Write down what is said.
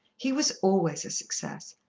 he was always a success.